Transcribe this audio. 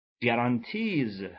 guarantees